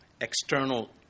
external